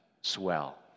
swell